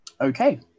Okay